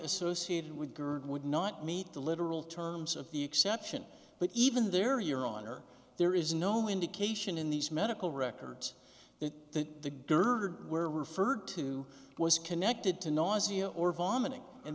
associated with gerd would not meet the literal terms of the exception but even there your honor there is no indication in these medical records that that the gerd were referred to was connected to nausea or vomiting and